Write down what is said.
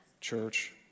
church